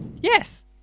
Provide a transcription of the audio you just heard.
Yes